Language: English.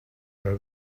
were